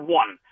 one